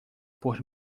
por